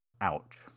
Ouch